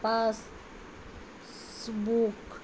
passbook